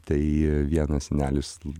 tai vienas senelis